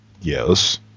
yes